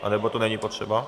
Anebo to není potřeba?